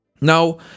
Now